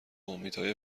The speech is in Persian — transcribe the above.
امیدهای